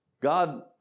God